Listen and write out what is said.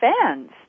fans